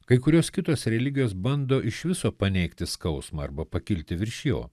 kai kurios kitos religijos bando iš viso paneigti skausmą arba pakilti virš jo